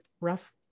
rough